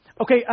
Okay